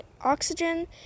oxygen